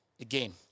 again